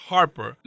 Harper